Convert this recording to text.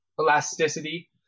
elasticity